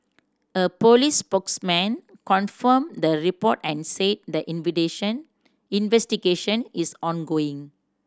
a police spokesman confirmed the report and said the investigation is ongoing